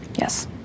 Yes